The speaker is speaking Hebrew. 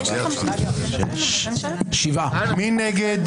מי נגד?